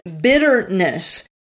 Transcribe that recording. bitterness